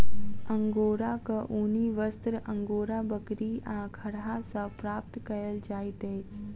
अंगोराक ऊनी वस्त्र अंगोरा बकरी आ खरहा सॅ प्राप्त कयल जाइत अछि